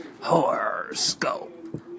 Horoscope